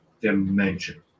dimension